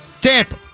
Tampa